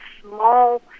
small